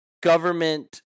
government